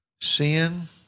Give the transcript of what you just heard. sin